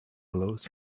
loews